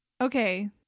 Okay